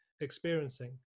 experiencing